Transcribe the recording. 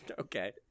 Okay